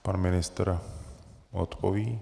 Pan ministr odpoví.